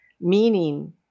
Meaning